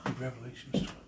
Revelations